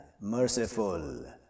merciful